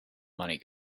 money